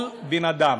כל בן-אדם,